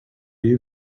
you